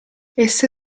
esse